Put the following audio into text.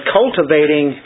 cultivating